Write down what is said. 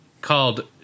called